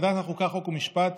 ועדת החוקה, חוק ומשפט